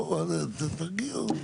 בואו, תרגיעו.